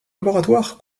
laboratoire